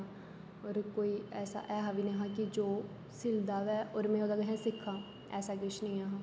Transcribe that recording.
और कोई ऐसा ऐ हा बी नेई हा कि जो सिलदा गै रवे और में ओहदे कशा सिक्खेआ ऐसा किश नेईं हा